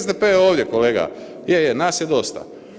SDP je ovdje kolega, je, je, nas je dosta.